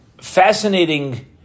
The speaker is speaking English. fascinating